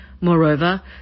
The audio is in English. Moreover